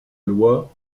loi